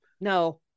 no